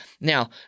Now